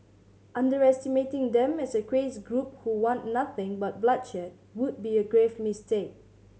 underestimating them as a crazed group who want nothing but bloodshed would be a grave mistake